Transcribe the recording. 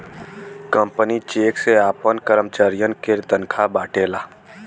company cheque से आपन करमचारियन के तनखा बांटला